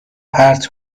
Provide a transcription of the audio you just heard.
پرت